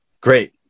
Great